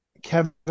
kevin